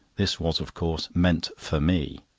this was, of course, meant for me.